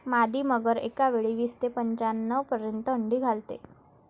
मादी मगर एकावेळी वीस ते पंच्याण्णव पर्यंत अंडी घालते